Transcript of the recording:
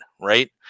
Right